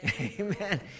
Amen